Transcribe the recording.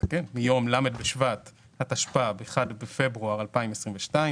בשבט התשפ"ב (2 בינואר 2022),